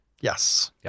Yes